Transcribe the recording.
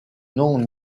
non